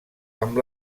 amb